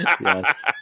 Yes